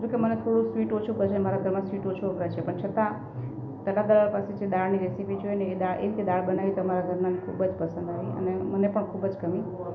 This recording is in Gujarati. જોકે મને થોડું સ્વીટ ઓછું પસંદ મારા ઘરમાં સ્વીટ ઓછું વપરાય છે પણ છતાં તરલા દલાલ પાસે જે દાળની રેસીપી જોઈને એ દાળ એવી રીતે દાળ બનાવી તો અમારા ઘરનાને ખુબજ પસંદ આવી અને મને પણ ખૂબજ ગમી